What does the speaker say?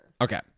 okay